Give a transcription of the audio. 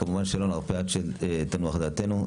כמובן שלא נרפה עד שתנוח דעתנו.